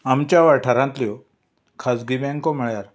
आमच्या वाठारांतल्यो खाजगी बँको म्हणल्यार